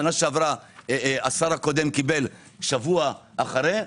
שנה שעברה השר הקודם קיבל שבוע אחרי.